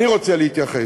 אני רוצה להתייחס.